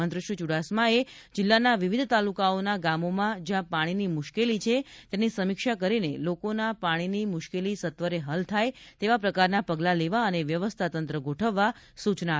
મંત્રી શ્રી ચુડાસમાએ જિલ્લાના વિવિધ તાલુકાઓના ગામોમાં જયાં પાણીની મુશ્કેલી છે તેની સમીક્ષા કરીને લોકોના પાણીની મુશ્કેલી સત્વરે હલ થાય તેવા પ્રકારના પગલાં લેવા અને વ્યવસ્થા તંત્ર ગોઠવવા સુચના આપી હતી